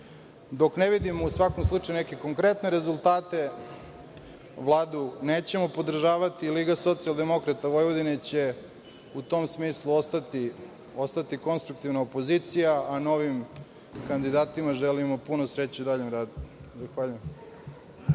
ne vidimo, u svakom slučaju, neke konkretne rezultate, Vladu nećemo podržavati i Liga socijaldemokrata Vojvodine će u tom smislu ostati konstruktivna opozicija, a novim kandidatima želimo puno sreće u daljem radu.